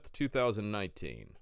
2019